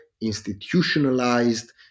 institutionalized